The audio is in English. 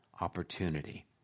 opportunity